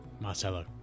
Marcelo